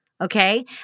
Okay